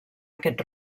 aquest